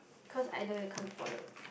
cause I know you can't be bothered